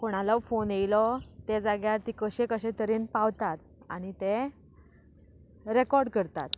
कोणालो phone येयलो ते जाग्यार ती कशे कशे तरेन पावतात आनी ते रॅकॉर्ड करतात